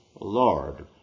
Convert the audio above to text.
lord